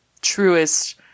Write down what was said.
truest